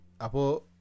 apo